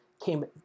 came